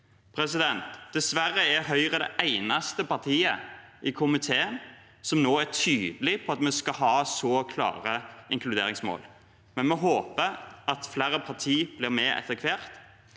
gjeninnføres. Dessverre er Høyre det eneste partiet i komiteen som nå er tydelig på at vi skal ha så klare inkluderingsmål, men vi håper at flere partier blir med etter hvert,